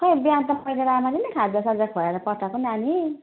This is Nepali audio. खै बिहान त मैले राम्ररी नै खाजासाजा खुवाएर पठाएको नानी